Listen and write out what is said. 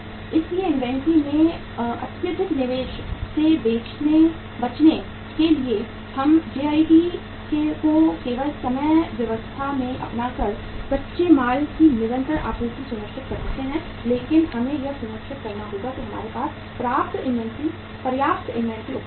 इसलिए इन्वेंट्री में अत्यधिक निवेश से बचने के लिए हम जेआईटी को केवल समय व्यवस्था में अपनाकर कच्चे माल की निरंतर आपूर्ति सुनिश्चित कर सकते हैं लेकिन हमें यह सुनिश्चित करना होगा कि हमारे पास पर्याप्त इन्वेंट्री उपलब्ध हो